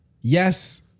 yes